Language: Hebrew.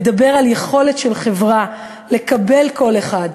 ידבר על יכולת של חברה לקבל כל אחד,